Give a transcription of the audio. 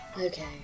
Okay